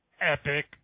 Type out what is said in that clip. epic